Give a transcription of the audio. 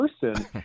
person